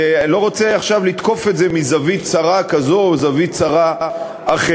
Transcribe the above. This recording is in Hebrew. ולא ארצה עכשיו לתקוף את זה מזווית צרה כזו או זווית צרה אחרת.